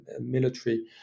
military